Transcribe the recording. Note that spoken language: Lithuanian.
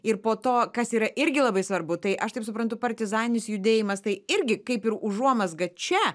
ir po to kas yra irgi labai svarbu tai aš taip suprantu partizaninis judėjimas tai irgi kaip ir užuomazga čia